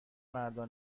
مردها